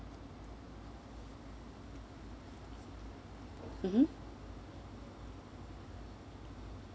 mmhmm